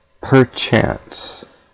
perchance